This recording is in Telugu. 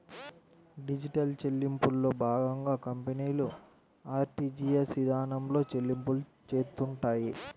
డిజిటల్ చెల్లింపుల్లో భాగంగా కంపెనీలు ఆర్టీజీయస్ ఇదానంలో చెల్లింపులు చేత్తుంటాయి